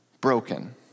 broken